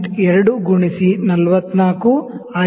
2 ಗುಣಿಸಿ 44 ಆಗಿದೆ